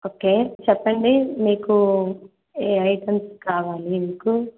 okay చెప్పండి మీకు ఏ ఐటమ్స్ కావాలి మీకు